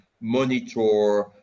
monitor